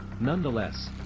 Nonetheless